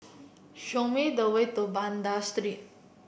show me the way to Banda Street